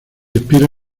inspira